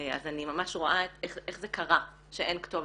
אז אני ממש רואה איך זה קרה שאין כתובת.